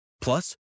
Plus